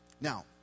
Now